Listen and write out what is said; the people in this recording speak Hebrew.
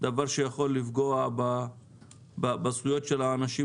דבר שיכול לפגוע בזכויות של האנשים